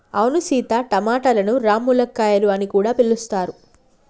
అవును సీత టమాటలను రామ్ములక్కాయాలు అని కూడా పిలుస్తారు